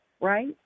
right